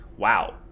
Wow